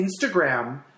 Instagram